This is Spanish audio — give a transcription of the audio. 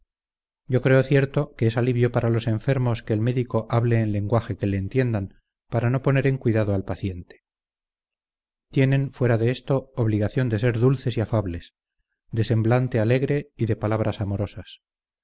yo creo cierto que es alivio para los enfermos que el médico hable en lenguaje que le entiendan para no poner en cuidado al paciente tienen fuera de esto obligación de ser dulces y afables de semblante alegre y de palabras amorosas